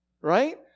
right